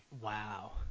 Wow